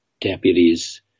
deputies